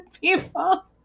people